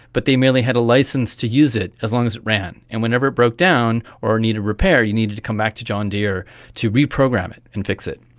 but they merely had a licence to use it as long as it ran. and whenever it broke down or it needed repair, you needed to come back to john deere to reprogram it and fix it.